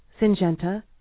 Syngenta